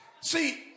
See